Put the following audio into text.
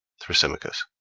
thrasymachos.